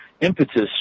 impetus